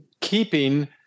keeping